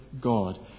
God